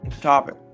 topic